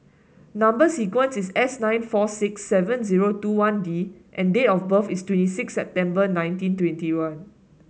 number sequence is S nine four six seven zero two one D and date of birth is twenty six September nineteen twenty one